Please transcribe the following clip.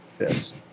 Yes